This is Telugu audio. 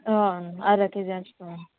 అరకేజి వేస్తాము